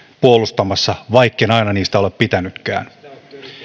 puolustamassa vaikken aina niistä ole pitänytkään